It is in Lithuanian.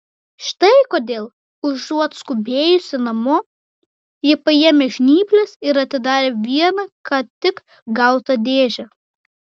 štai kodėl užuot skubėjusi namo ji paėmė žnyples ir atidarė vieną ką tik gautą dėžę